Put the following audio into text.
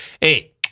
Hey